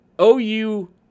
OU